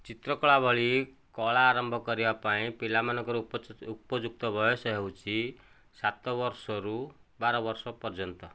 ଚିତ୍ରକଳା ଭଳି କଳା ଆରମ୍ଭ କରିବା ପାଇଁ ପିଲାମାନଙ୍କ ର ଉପଯୁକ୍ତ ଉପଯୁକ୍ତ ବୟସ ହେଉଛି ସାତବର୍ଷରୁ ବାରବର୍ଷ ପର୍ଯ୍ୟନ୍ତ